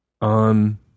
on